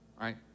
right